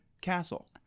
castle